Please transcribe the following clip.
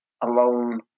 alone